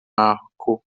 arco